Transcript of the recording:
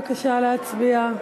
בבקשה להצביע.